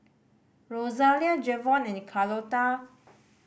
Rosalia Jevon any Carlota